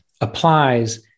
applies